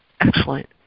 excellent